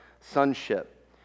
sonship